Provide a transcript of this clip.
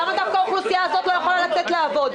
למה דווקא האוכלוסייה הזאת לא יכולה לצאת לעבוד?